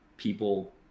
people